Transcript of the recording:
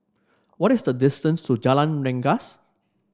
what is the distance to Jalan Rengas